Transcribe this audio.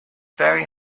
very